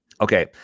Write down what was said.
Okay